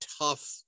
tough